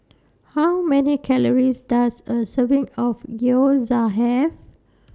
How Many Calories Does A Serving of Gyoza Have